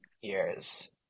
years